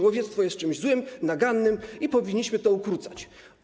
Łowiectwo jest czymś złym, nagannym i powinniśmy to ukrócić.